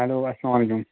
hello اَسَلامُ عَلَیکُم